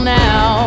now